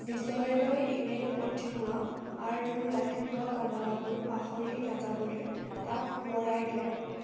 বিজয়লৈ email পঠিওৱা আৰু ৰাতিপুৱা কমলাবোৰ পাহৰি নাযাবলৈ তাক সোঁৱৰাই দিয়া